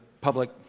public